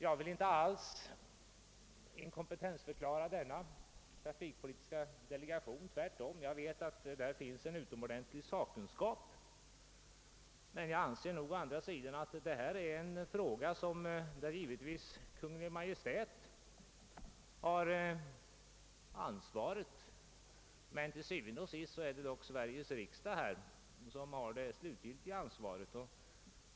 Jag vill inte alls inkompetensförklara denna trafikpolitiska delegation — jag vet tvärtom att det inom densamma finns en utomordentlig sakkunskap — men jag anser å andra sidan att detta är en fråga där visserligen Kungl. Maj:t har ansvaret men där det dock är Sveriges riksdag som til syvende og sidst har att fälla avgörandet.